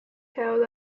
held